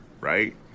right